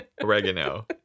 oregano